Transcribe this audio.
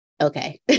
okay